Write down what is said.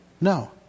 no